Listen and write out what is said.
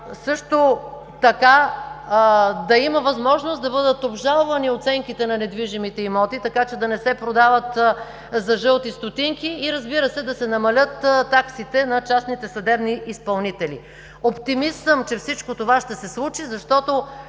Също така да има възможност да бъдат обжалвани оценките на недвижимите имоти, така че да не се продават за жълти стотинки и, разбира се, да се намалят таксите на частните съдебни изпълнители. Оптимист съм, че всичко това ще се случи, защото